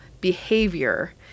behavior